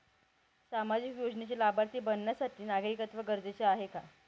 सामाजिक योजनेचे लाभार्थी बनण्यासाठी नागरिकत्व गरजेचे आहे का?